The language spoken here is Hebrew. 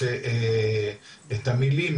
את המילים,